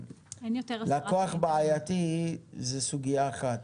לקוח בעייתי זו סוגייה אחת,